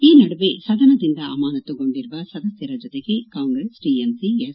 ಈ ನಡುವೆ ಸದನದಿಂದ ಅಮಾನತುಗೊಂಡಿರುವ ಸದಸ್ಕರ ಜೊತೆಗೆ ಕಾಂಗ್ರೆಸ್ ಟಿಎಂಸಿ ಎಸ್